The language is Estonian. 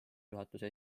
juhatuse